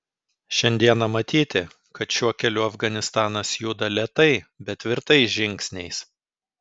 šiandieną matyti kad šiuo keliu afganistanas juda lėtai bet tvirtais žingsniais